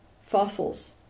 fossils